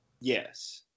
Yes